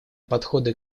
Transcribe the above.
подходы